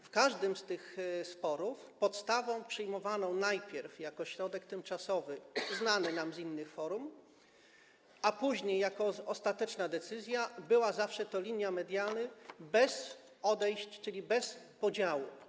W każdym z tych sporów podstawą przyjmowaną najpierw jako środek tymczasowy znany nam z innych forów, a później w ostatecznej decyzji była zawsze linia mediany bez odejść, czyli bez podziału.